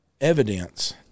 evidence